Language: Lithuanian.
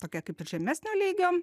tokia kaip ir žemesnio lygio